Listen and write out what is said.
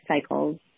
cycles